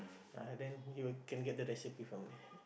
ah then you will can get the recipe from there